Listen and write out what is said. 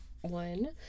one